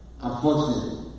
Unfortunately